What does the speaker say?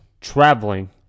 Traveling